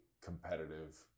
competitive